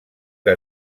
que